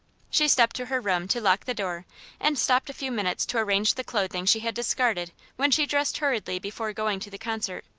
she stepped to her room to lock the door and stopped a few minutes to arrange the clothing she had discarded when she dressed hurriedly before going to the concert,